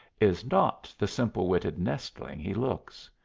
is not the simple-witted nestling he looks.